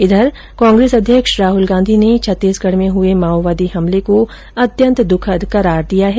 इधर कांग्रेस अध्यक्ष राहुल गांधी ने छत्तीसगढ़ में हुए माओवादी हमले को अत्यन्त दुखद करार दिया है